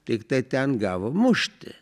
tiktai ten gavo mušti